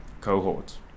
cohort